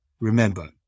Remember